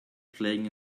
playing